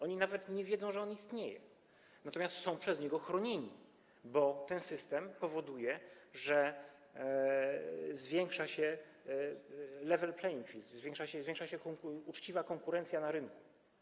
Oni nawet nie wiedzą, że on istnieje, natomiast są przez niego chronieni, bo ten system powoduje, że zwiększa się level playing field, zwiększa się uczciwa konkurencja na rynku.